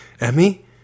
Emmy